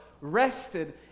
rested